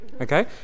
okay